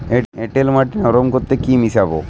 এঁটেল মাটি নরম করতে কি মিশাব?